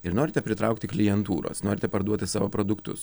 ir norite pritraukti klientūros norite parduoti savo produktus